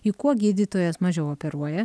juk kuo gydytojas mažiau operuoja